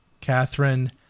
Catherine